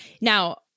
Now